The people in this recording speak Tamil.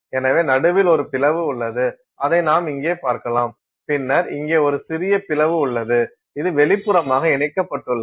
எனவே நடுவில் ஒரு பிளவு உள்ளது அதை நாம் இங்கே பார்க்கலாம் பின்னர் இங்கே ஒரு சிறிய பிளவு உள்ளது இது வெளிப்புறமாக இணைக்கப்பட்டுள்ளது